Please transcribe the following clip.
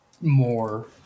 more